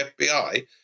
FBI